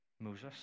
Moses